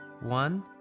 One